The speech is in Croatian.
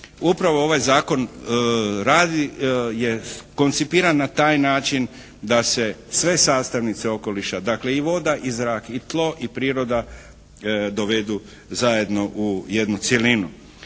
upravo ovaj zakon radi, je koncipiran na taj način da se sve sastavnice okoliša dakle i voda i zrak i tlo i priroda dovedu zajedno u jednu cjelinu.